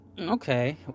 okay